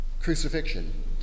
crucifixion